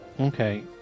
Okay